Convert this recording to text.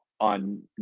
on